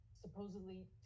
supposedly